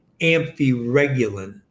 amphiregulin